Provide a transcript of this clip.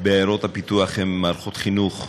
בעיירות פיתוח הן מערכות חינוך,